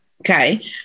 okay